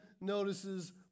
notices